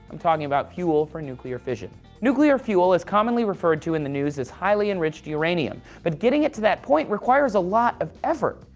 i'm talking about fuel for nuclear fission. nuclear fuel is commonly referred to in the news, as highly-enriched uranium, but getting it to that point requires a lot of effort.